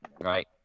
right